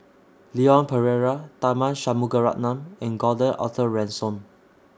Leon Perera Tharman Shanmugaratnam and Gordon Arthur Ransome